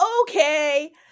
okay